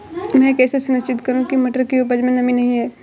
मैं कैसे सुनिश्चित करूँ की मटर की उपज में नमी नहीं है?